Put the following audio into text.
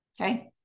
Okay